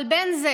אבל בין זה